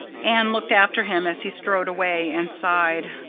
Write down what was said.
anne looked after him as he strode away, and sighed.